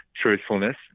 truthfulness